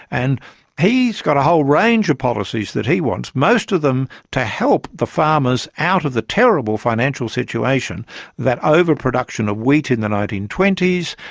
and he's got a whole range of policies that he wants, most of them to help the farmers out of the terrible financial situation that over-production of wheat in the nineteen twenty s,